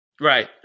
right